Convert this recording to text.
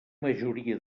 majoria